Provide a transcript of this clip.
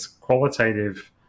qualitative